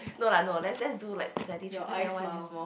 no lah no let's just do like personality trait cause that one is more